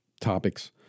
topics